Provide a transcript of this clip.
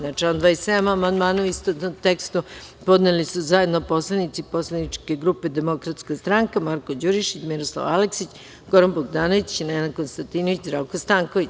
Na član 27. amandmane, u istovetnom tekstu, podneli su zajedno poslanici Poslaničke grupe Demokratska stranka, Marko Đurišić, Miroslav Aleksić, Goran Bogdanović, Nenad Konstantinović i Zdravko Stanković.